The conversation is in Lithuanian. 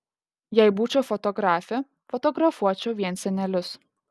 jei būčiau fotografė fotografuočiau vien senelius